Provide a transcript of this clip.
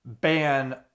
ban